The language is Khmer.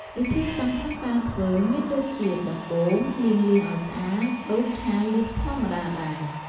វិធីសាស្រ្តក្នុងការធ្វើ មានដូចជា ដំបូង លាងលៀសឱ្យស្អាតដូចឆាលៀសធម្មតាដែរ។